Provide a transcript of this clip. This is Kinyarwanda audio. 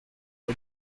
ati